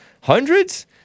Hundreds